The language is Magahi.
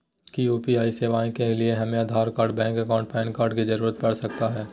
क्या यू.पी.आई सेवाएं के लिए हमें Aadhaar card bank account PAN card की जरूरत पड़ सकता है?